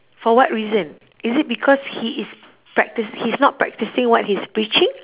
for what reason is it because he is practise he's not practising what he's preaching